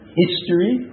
history